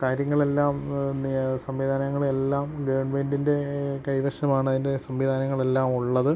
കാര്യങ്ങളെല്ലാം സംവിധാനങ്ങളെല്ലാം ഗവൺമെൻ്റിന്റെ കൈവശമാണതിന്റെ സംവിധാനങ്ങളെല്ലാം ഉള്ളത്